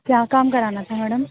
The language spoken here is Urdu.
کیا کام کرانا تھا میڈم